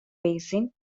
basin